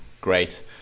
Great